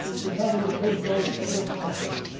to tell them the case loads at their hospitals,